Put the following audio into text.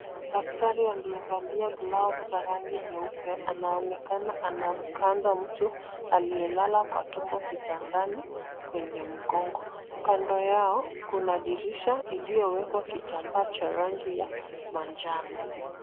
Daktari aliyevalia glavu za rangi nyeupe anaonekana anamkanda mtu aliyelala kwa tumbo kitandani, kwenye mgongo, kando yao kuna dirisha iliyowekwa kitambaa cha rangi ya manjano.